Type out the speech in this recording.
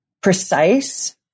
precise